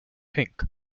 pink